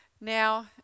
now